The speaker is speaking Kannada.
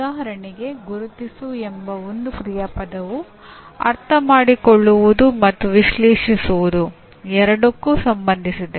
ಉದಾಹರಣೆಗೆ "ಗುರುತಿಸು" ಎಂಬ ಒಂದು ಕ್ರಿಯಾಪದವು ಅರ್ಥಮಾಡಿಕೊಳ್ಳುವುದು ಮತ್ತು ವಿಶ್ಲೇಷಿಸುವುದು ಎರಡಕ್ಕೂ ಸಂಬಂಧಿಸಿದೆ